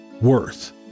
worth